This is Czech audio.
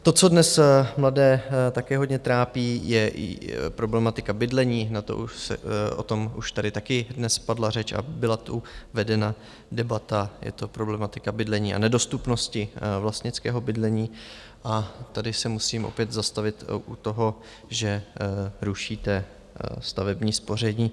To, co dnes mladé také hodně trápí, je problematika bydlení, o tom už tady taky dnes padla řeč a byla tu vedena debata, je to problematika bydlení a nedostupnosti vlastnického bydlení a tady se musím opět zastavit u toho, že rušíte stavební spoření.